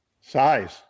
Size